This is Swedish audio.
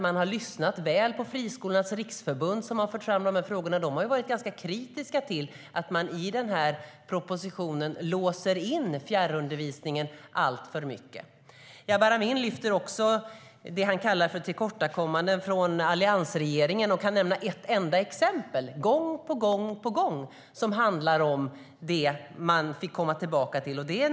Man har lyssnat väl på Friskolornas riksförbund, som har fört fram dessa frågor och som har varit ganska kritiskt till att man i den här propositionen låser in fjärrundervisningen alltför mycket. Jabar Amin lyfter också fram det han kallar för tillkortakommanden från alliansregeringen, och han nämner ett enda exempel gång på gång på gång som handlar om det man vill komma tillbaka till.